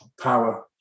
power